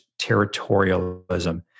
territorialism